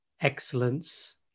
excellence